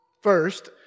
First